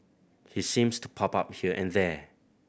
he seems to pop up here and there